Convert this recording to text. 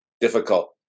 difficult